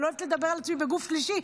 אני לא אוהבת לדבר על עצמי בגוף שלישי,